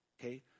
okay